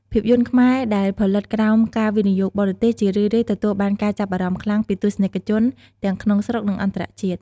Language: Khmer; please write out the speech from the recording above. ភាពយន្តខ្មែរដែលផលិតក្រោមការវិនិយោគបរទេស ជារឿយៗទទួលបានការចាប់អារម្មណ៍ខ្លាំងពីទស្សនិកជន ទាំងក្នុងស្រុក និងអន្តរជាតិ។